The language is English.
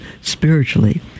spiritually